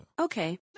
Okay